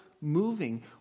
moving